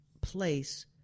place